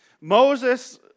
Moses